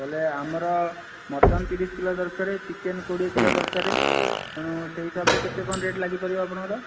ତାହେଲେ ଆମର ମଟନ ତିରିଶ କିଲୋ ଦରକାରେ ଚିକେନ କୋଡ଼ିଏ କିଲୋ ଦରକାରେ ତେଣୁ ସେହି ହିସାବ ରେ କେତେ କ'ଣ ରେଟ ଲାଗିପାରିବ ଆପଣଙ୍କ ର